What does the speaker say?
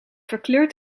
verkleurt